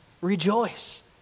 Rejoice